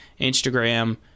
Instagram